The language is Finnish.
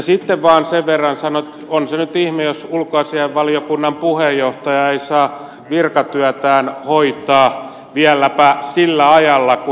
sitten vain sen verran sanon että on se nyt ihme jos ulkoasiainvaliokunnan puheenjohtaja ei saa virkatyötään hoitaa vieläpä sillä ajalla kun eduskunta on istuntovapaalla